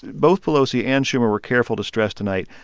both pelosi and schumer were careful to stress tonight,